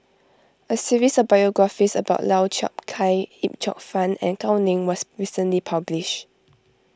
a series of biographies about Lau Chiap Khai Yip Cheong Fun and Gao Ning was recently published